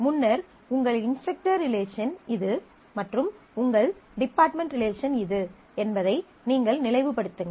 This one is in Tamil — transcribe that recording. முன்னர் உங்கள் இன்ஸ்ட்ரக்டர் ரிலேசன் இது மற்றும் உங்கள் டிபார்ட்மென்ட் ரிலேசன் இது என்பதை நீங்கள் நினைவு படுத்துங்கள்